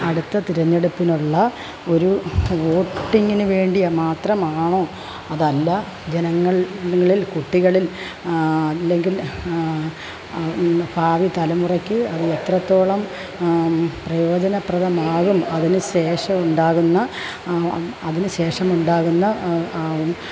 അടുത്ത തിരഞ്ഞെടുപ്പിനുള്ള ഒരു വോട്ടിങ്ങിനുവേണ്ടി മാത്രമാണോ അതല്ല ജനങ്ങളിൽ കുട്ടികളിൽ അല്ലെങ്കിൽ ഭാവി തലമുറയ്ക്ക് അത് എത്രത്തോളം പ്രയോജനപ്രദമാകും അതിന് ശേഷമുണ്ടാകുന്ന അതിനുശേഷം ഉണ്ടാകുന്ന